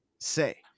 say